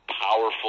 powerful